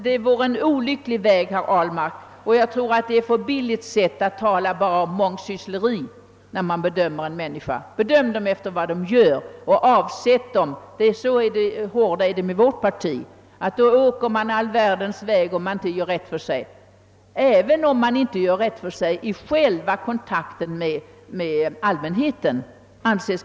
Det är billigt att bara tala om mångsyssleri när man bedömer en människa, herr Ahlmark. Riksdagsmännen bör avsättas om de inte gör rätt för sig. Så hårda är vi inom vårt parti. Man åker all världens väg, om man inte håller god kontakt med allmänheten.